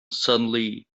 suddenly